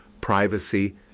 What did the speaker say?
privacy